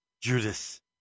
Judas